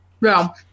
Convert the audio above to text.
No